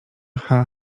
cha